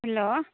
hello